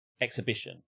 exhibition